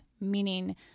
meaning